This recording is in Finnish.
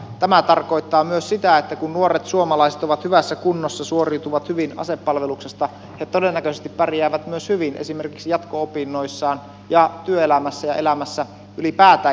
tämä tarkoittaa myös sitä että kun nuoret suomalaiset ovat hyvässä kunnossa suoriutuvat hyvin asepalveluksesta he todennäköisesti pärjäävät hyvin myös esimerkiksi jatko opinnoissaan ja työelämässä ja elämässä ylipäätään